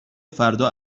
فردا